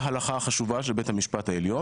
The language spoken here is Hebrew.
לפני 30 שנים באותה הלכה חשובה של בית המשפט העליון,